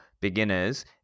beginners